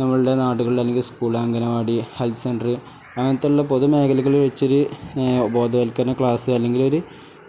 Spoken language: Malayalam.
നമ്മളുടെ നാടുകളിൽ അല്ലെങ്കിൽ സ്കൂൾ അംഗനവാടി ഹെൽത്ത് സെൻ്റർ അങ്ങനത്തെയുള്ള പൊതു മേഖലകളിൽ വെച്ചൊരു ബോധവത്കരണ ക്ലാസ് അല്ലെങ്കിലൊരു